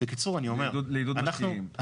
בקיצור, אני אומר, אנחנו